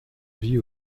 vie